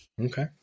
Okay